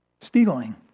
stealing